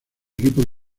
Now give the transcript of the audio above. equipo